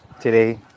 today